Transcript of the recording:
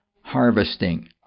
harvesting